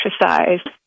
exercise